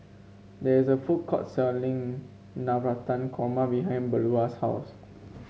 there is a food court selling Navratan Korma behind Beula's house